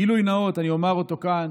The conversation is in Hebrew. גילוי נאות, אני אומר אותו כאן,